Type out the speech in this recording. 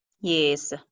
Yes